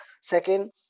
Second